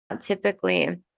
typically